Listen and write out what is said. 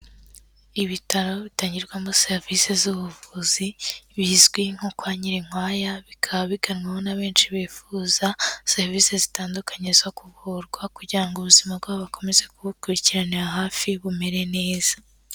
Ibitaro bitangirwamo serivisi z'ubuvuzi bizwi nko kwa Nyirinkwaya bikaba biganwe na benshi bifuza serivisi zitandukanye zo kuvurwa kugira ngo ubuzima bwabo bakomeze kubukurikiranira hafi bumere neza.